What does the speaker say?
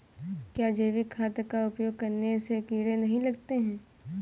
क्या जैविक खाद का उपयोग करने से कीड़े नहीं लगते हैं?